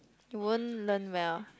you won't learn well